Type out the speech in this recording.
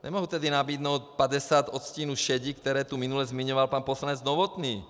Nemohu tedy nabídnout 50 odstínů šedi, které tu minule zmiňoval pan poslanec Novotný.